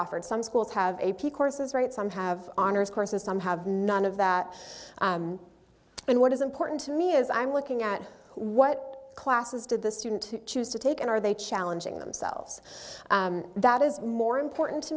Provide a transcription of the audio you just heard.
offered some schools have a p courses right some have honors courses some have none of that and what is important to me is i'm looking at what classes did the student choose to take and are they challenging themselves that is more important to